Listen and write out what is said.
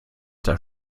das